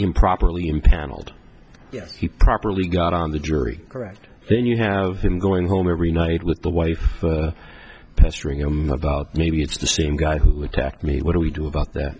improperly impaneled yes he properly got on the jury correct then you have him going home every night with the wife pestering him about maybe it's the same guy who attacked me what do we do about that